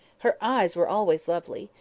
her eyes were always lovely,